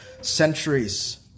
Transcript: centuries